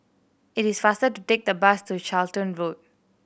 it is faster to take the bus to Charlton Road